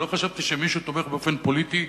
ולא חשבתי שמישהו תומך באופן פוליטי